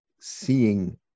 seeing